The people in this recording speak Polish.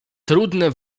trudne